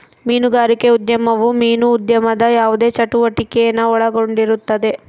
ಮೀನುಗಾರಿಕೆ ಉದ್ಯಮವು ಮೀನು ಉದ್ಯಮದ ಯಾವುದೇ ಚಟುವಟಿಕೆನ ಒಳಗೊಂಡಿರುತ್ತದೆ